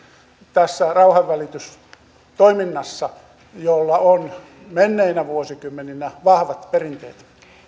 tässä rauhanvälitystoiminnassa jolla on menneinä vuosikymmeninä vahvat perinteet